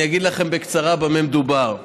אני אגיד לכם בקצרה במה מדובר.